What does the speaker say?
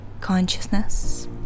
consciousness